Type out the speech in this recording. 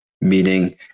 meaning